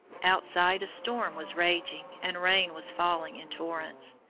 outside a storm was raging and rain was falling in torrents.